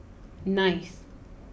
ninth